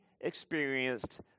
experienced